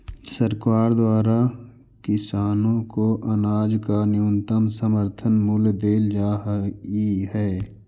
सरकार द्वारा किसानों को अनाज का न्यूनतम समर्थन मूल्य देल जा हई है